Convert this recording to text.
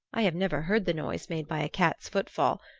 i have never heard the noise made by a cat's footfall,